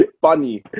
Funny